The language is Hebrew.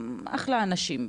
אחלה אנשים,